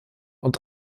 und